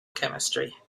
chemistry